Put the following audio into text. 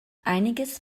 einiges